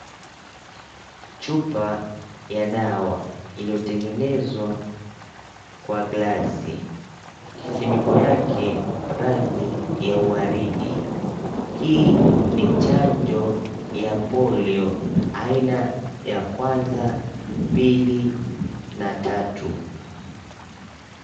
Chupa ya dawa iliyotengenezwa kwa glasi, kifiniko yake rangi ya waridi. Hii ni chanjo ya polio aina ya kwanza, pili na tatu.